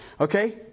Okay